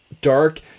Dark